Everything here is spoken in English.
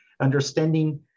understanding